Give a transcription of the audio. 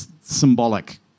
symbolic